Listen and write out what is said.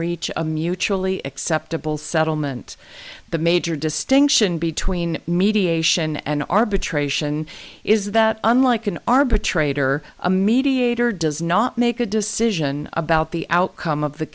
reach a mutually acceptable settlement the major distinction between mediation and arbitration is that unlike an arbitrator a mediator does not make a decision about the outcome of the